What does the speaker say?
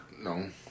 No